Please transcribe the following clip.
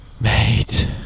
Mate